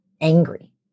angry